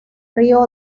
río